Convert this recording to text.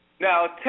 Now